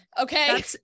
okay